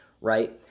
right